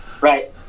Right